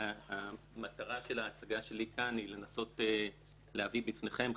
המטרה של ההצגה שלי כאן היא לנסות להביא בפניכם,